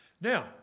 Now